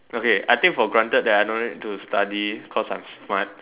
okay I take for granted that I don't need to study because I'm smart